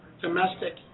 domestic